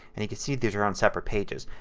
and you can see these are on separate pages.